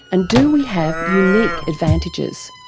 and do we have unique advantages?